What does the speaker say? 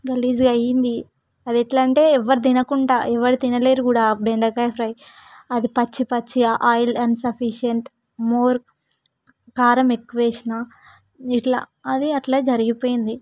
గలీజ్గా అయింది అదెలా అంటే ఎవ్వరూ తినకుండా ఎవరూ తినలేరు కూడా ఆ బెండకాయ ఫ్రై అది పచ్చి పచ్చి ఆయిల్ ఇన్సఫిషంట్ మోర్ కారం ఎక్కువ వేసాను ఇట్లా అది అట్లే జరిగిపోయింది